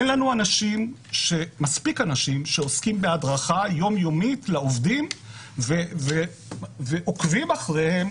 אין לנו מספיק אנשים שעוסקים בהדרכה יומיומית לעובדים ועוקבים אחריהם,